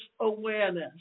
awareness